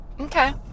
Okay